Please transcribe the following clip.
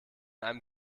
einem